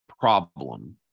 problem